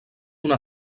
una